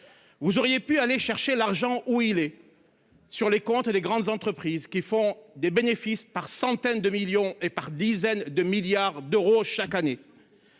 Vous auriez pu aller chercher l'argent où il est. Sur les comptes et les grandes entreprises qui font des bénéfices par centaines de millions et par dizaines de milliards d'euros chaque année.